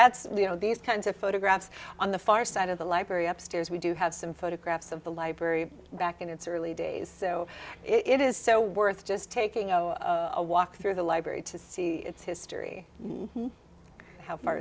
that's you know these kinds of photographs on the far side of the library upstairs we do have some photographs of the library back in its early days so it is so worth just taking a walk through the library to see its history how far